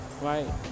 right